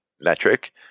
metric